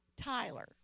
Tyler